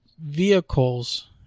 vehicles